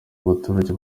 abaturage